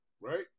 Right